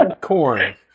Corn